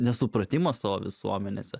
nesupratimo savo visuomenėse